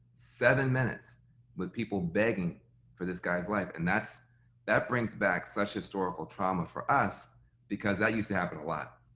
seven minutes with people begging for this guy's life and that brings back such historical trauma for us because that used to happen a lot,